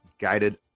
guided